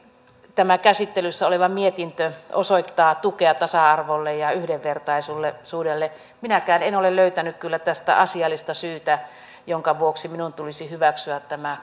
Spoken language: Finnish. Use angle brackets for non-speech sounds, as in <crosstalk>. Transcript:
tämä käsittelyssä oleva mietintö osoittaa tukea tasa arvolle ja yhdenvertaisuudelle minäkään en kyllä ole löytänyt tästä asiallista syytä jonka vuoksi minun tulisi hyväksyä tämä <unintelligible>